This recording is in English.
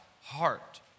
heart